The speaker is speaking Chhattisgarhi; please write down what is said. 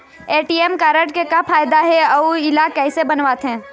ए.टी.एम कारड के का फायदा हे अऊ इला कैसे बनवाथे?